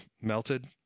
melted